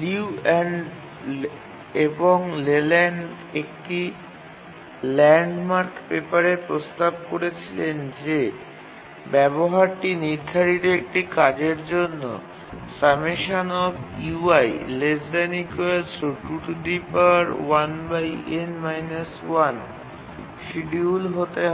Liu এবং Leland একটি landmark পেপারে প্রস্তাব করেছিল যে ব্যবহারটি নির্ধারিত একটি কাজের জন্য শিডিয়ুল হতে হবে